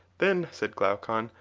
then, said glaucon,